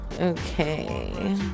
Okay